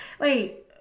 Wait